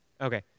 Okay